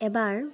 এবাৰ